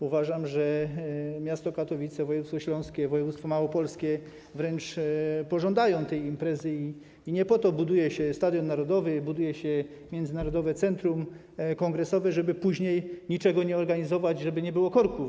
Uważam, że Katowice, województwo śląskie, województwo małopolskie wręcz pożądają tej imprezy i nie po to buduje się stadion narodowy, buduje się Międzynarodowe Centrum Kongresowe, żeby później niczego nie organizować - żeby nie było korków.